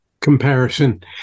comparison